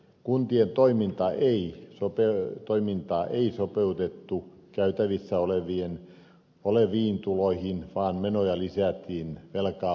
kuntien toimintaa ei sopeutettu käytettävissä oleviin tuloihin vaan menoja lisättiin velkaa ottamalla